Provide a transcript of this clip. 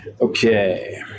Okay